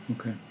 Okay